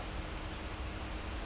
yup